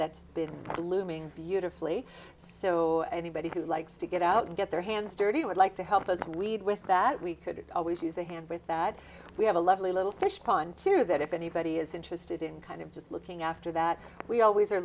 that's been looming beautifully so anybody who likes to get out and get their hands dirty would like to help us and we'd with that we could always use a hand with that we have a lovely little fish pond too that if anybody is interested in kind of just looking after that we always are